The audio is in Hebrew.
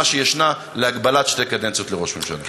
שיש להגבלת שתי קדנציות לראש ממשלה?